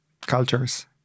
cultures